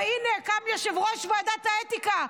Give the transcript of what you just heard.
כי אתם שולטים בוועדת האתיקה,